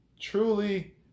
truly